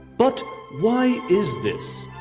but why is this?